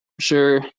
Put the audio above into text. sure